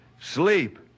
Sleep